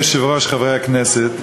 אדוני היושב-ראש, חברי הכנסת,